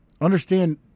Understand